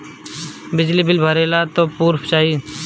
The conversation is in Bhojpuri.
बिजली बिल भरे ला का पुर्फ चाही?